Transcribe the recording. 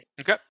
Okay